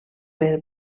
per